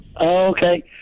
Okay